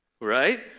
right